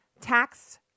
tax